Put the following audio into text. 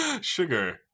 Sugar